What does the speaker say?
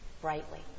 brightly